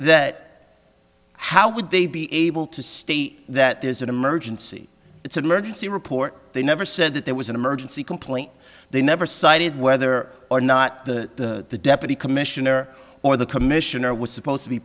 that how would they be able to state that there's an emergency it's an emergency report they never said that there was an emergency complaint they never cited whether or not the deputy commissioner or the commissioner was supposed to be